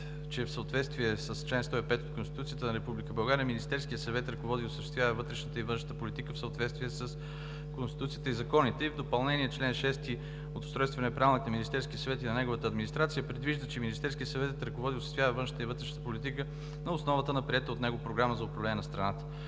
че в съответствие с чл. 105 от Конституцията на Република България Министерският съвет ръководи и осъществява вътрешната и външната политика в съответствие с Конституцията и законите, и в допълнение на чл. 6 от Устройствения правилник на Министерския съвет и на неговата администрация се предвижда, че Министерският съвет ръководи и осъществява външната и вътрешната политика на основата на приетата от него Програма за управление на страната.